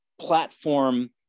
platform